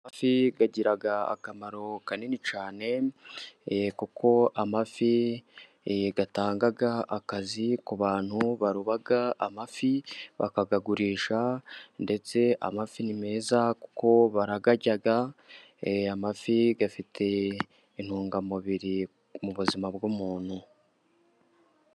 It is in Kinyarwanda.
Amafi agira akamaro kanini cyane, ee kuko amafi atanga akazi ku bantu baroba amafi, bakayagurisha, ndetse amafi ni meza kuko barayarya, amafi afite intungamubiri mu buzima bw'umuntu.